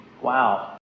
Wow